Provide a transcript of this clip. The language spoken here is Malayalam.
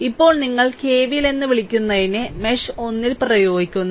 ഇപ്പോൾ നിങ്ങൾ KVL എന്ന് വിളിക്കുന്നതിനെ മെഷ് ഒന്നിൽ പ്രയോഗിക്കുന്നു